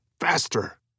Faster